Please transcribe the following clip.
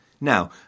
Now